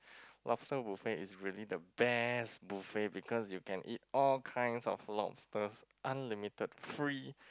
lobsters buffet is really the best buffet because you can eat all kinds of lobsters unlimited free